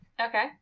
Okay